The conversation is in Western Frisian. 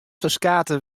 ferskate